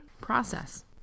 process